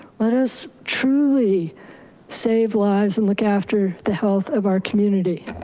let us truly save lives and look after the health of our community,